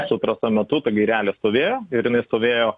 su trasa metu ta gairelė stovėjo ir jinai stovėjo